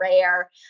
rare